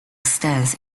stands